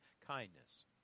kindness